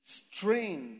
strain